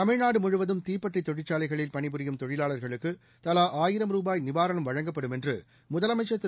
தமிழ்நாடு முழுவதும் தீப்பெட்டி தொழிற்சாலைகளில் பணிபுரியும் தொழிலாளா்களுக்கு தவா ஆயிரம் ரூபாய் நிவாரணம் வழங்கப்படும் என்று முதலமைச்சர் திரு